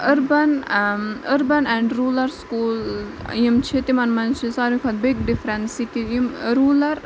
urban urban and rural school یِم چھِ تِمَن منٛز چھِ ساروی کھۄتہٕ بِگ ڈِفرَنٕس یہِ کہِ یِم روٗلَر